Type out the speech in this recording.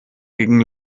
gegen